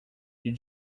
you